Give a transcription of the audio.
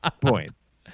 points